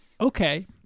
okay